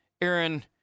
Aaron